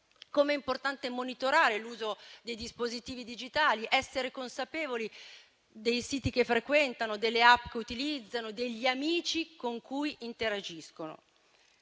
importante è monitorare l'uso dei dispositivi digitali, essere consapevoli dei siti che frequentano, delle app che utilizzano, degli amici con cui interagiscono.